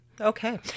Okay